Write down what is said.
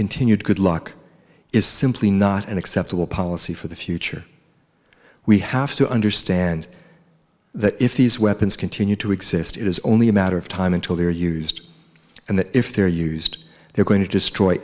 continued good luck is simply not an acceptable policy for the future we have to understand that if these weapons continue to exist it is only a matter of time until they're used and that if they're used they're going to destroy